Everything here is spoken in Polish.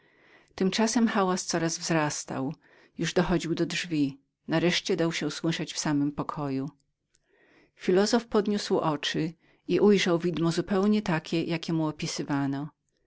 tymczasem hałas coraz wzrastał już dochodził do drzwi nareszcie dał się słyszeć w samym pokoju filozof podniósł oczy i ujrzał widmo zupełnie takie jakiem mu